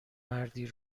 مردی